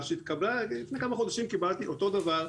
לפני כמה חודשים קיבלתי תלונה,